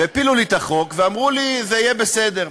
הפילו לי את החוק ואמרו לי שזה יהיה בסדר.